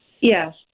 Yes